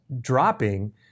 dropping